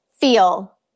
feel